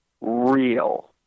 Real